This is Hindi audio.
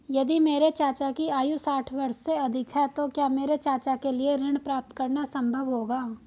यदि मेरे चाचा की आयु साठ वर्ष से अधिक है तो क्या मेरे चाचा के लिए ऋण प्राप्त करना संभव होगा?